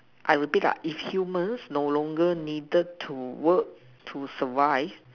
I would think ah if humans no longer needed to work to survive